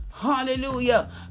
Hallelujah